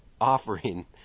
offering